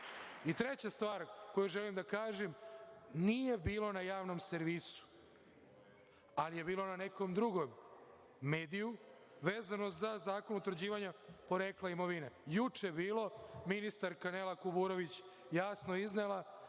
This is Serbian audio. pobije. Treća stvar koju želim da kažem, nije bilo na Javnom servisu ali je bilo na nekom drugom mediju, vezano za Zakon o utvrđivanju porekla imovine. Juče je bilo. Ministarka Nela Kuburović je jasno iznela